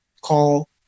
call